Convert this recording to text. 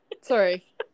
Sorry